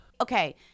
Okay